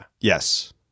yes